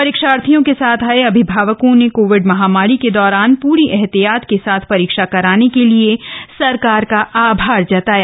परीक्षार्थियों के साथ आये अभिभावकों ने कोविड महामारी के दौरान पूरी एहतियात के साथ परीक्षा कराने के लिए सरकार का आभार जताया